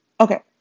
Okay